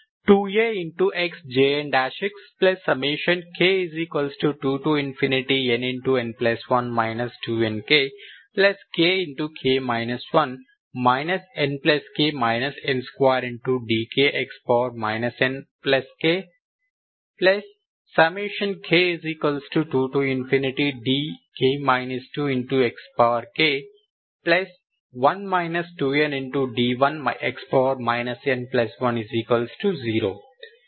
2AxJnxk2nn1 2nkkk 1 nk n2dkx nkk2dk 2xkd1x n10 n123